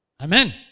Amen